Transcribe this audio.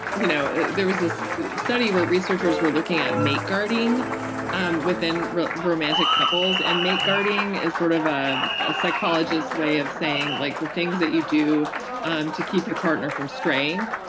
you know there was this study where researchers were looking at mate guarding um within romantic couples. and mate guarding is sort of a psychologists way of saying like the things that you do um to keep your partner from straying.